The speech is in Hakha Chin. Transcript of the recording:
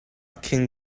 khin